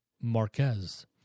Marquez